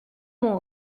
mon